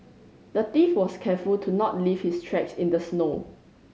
the thief was careful to not leave his tracks in the snow